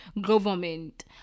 government